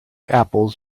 apples